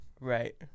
Right